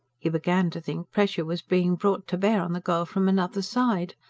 he began to think pressure was being brought to bear on the girl from another side.